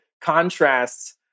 contrasts